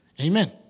Amen